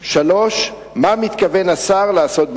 3. מה מתכוון השר לעשות בנדון?